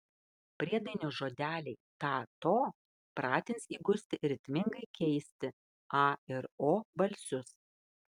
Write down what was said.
priedainio žodeliai ta to pratins įgusti ritmingai keisti a ir o balsius